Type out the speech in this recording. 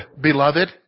beloved